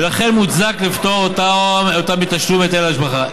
ולכן מוצדק לפטור אותם מתשלום היטל ההשבחה.